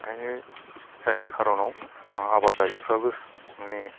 ओंखायनो जायनि खार'नाव आबादारिफ्राबो मानि